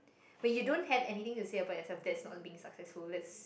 when you don't have anything to say about yourself that's not being successful lets